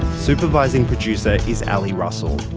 supervising producer is ali russell.